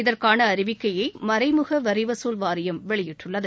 இதற்கான அறிவிக்கையை மறைமுக வரி வசூல் வாரியம் வெளியிட்டுள்ளது